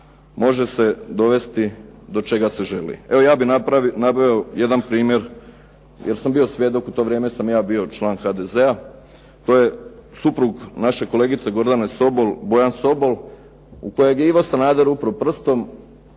može se dovesti do čega se želi. Evo ja bih nabrojao jedan primjer jer sam bio svjedok. U to vrijeme sam i ja bio član HDZ-a. To je suprug našeg kolegice Gordane Sobol Bojan Sobol u kojeg je Ivo Sanader upro prstom,